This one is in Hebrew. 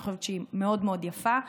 אני חושבת שהיא מאוד מאוד יפה.